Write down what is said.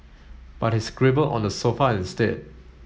but he scribbled on the sofa instead